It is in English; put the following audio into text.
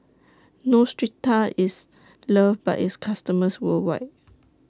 Neostrata IS loved By its customers worldwide